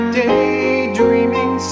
daydreaming